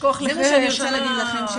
רוצה להגיד לכם,